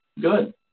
Good